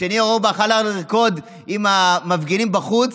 כשניר אורבך עלה לרקוד עם המפגינים בחוץ,